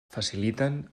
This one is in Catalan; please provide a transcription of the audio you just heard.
faciliten